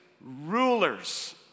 rulers